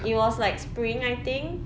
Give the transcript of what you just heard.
it was like spring I think